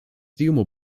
demo